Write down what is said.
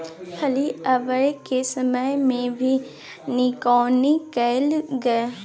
फली आबय के समय मे भी निकौनी कैल गाय?